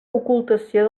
ocultació